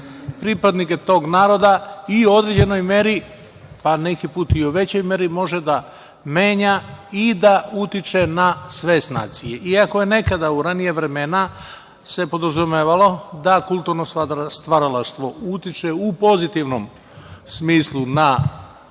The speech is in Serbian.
pripadnike tog naroda i u određenoj meri, pa neki put i u većoj meri može da menja i da utiče na svest nacije. Iako je nekada u ranija vremena se podrazumevalo da kulturno stvaralaštvo utiče u pozitivnom smislu na oblikovanje